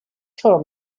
core